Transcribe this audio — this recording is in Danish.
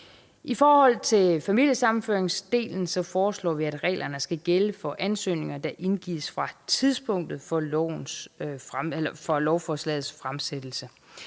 I forhold til familiesammenføringsdelen foreslår vi, at reglerne skal gælde for ansøgninger, der indgives fra tidspunktet for lovforslagets fremsættelse.